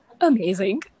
Amazing